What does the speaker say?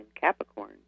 Capricorn